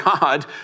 God